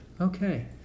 Okay